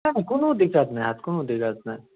नहि नहि कोनो दिक्कत नहि होयत कोनो दिक्कत नहि